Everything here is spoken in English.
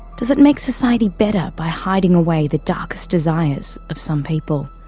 does it make society better by hiding away the darkest desires of some people,